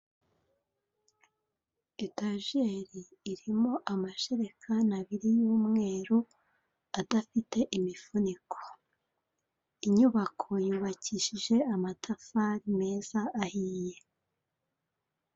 Itajeri irimo amajerekani abiri y'umweru adafite imifuniko, inyubako yubakishije amatafari meza ahiye.